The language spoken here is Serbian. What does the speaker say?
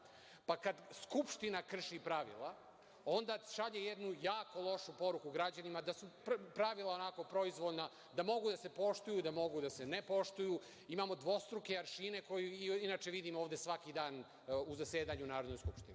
Kada Skupština krši pravila, onda šalje jednu jako lošu poruku građanima da su pravila onako proizvoljna da mogu da se poštuju, da mogu da se ne poštuju, imamo dvostruke aršine, koje inače vidim ovde svaki dan u zasedanju u Narodnoj skupštini. Potpuno